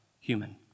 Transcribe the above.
human